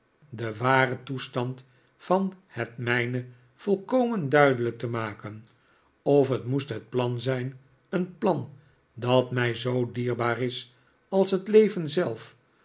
den waren toestand van het mijne volkomen duidelijk te maken of het moest het plan zijn een plan dat mij zoo dierbaar is als het leven zelf